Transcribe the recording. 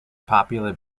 popular